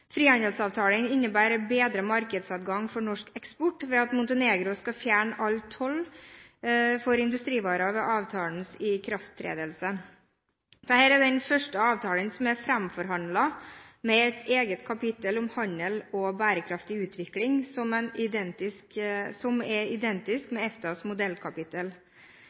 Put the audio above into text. Frihandelsavtalen innebærer bedret markedsadgang for norsk eksport ved at Montenegro skal fjerne all toll på industrivarer ved avtalens ikrafttredelse. Dette er den første avtalen som er framforhandlet med et eget kapittel om handel og bærekraftig utvikling, som er identisk med EFTAs modellkapittel.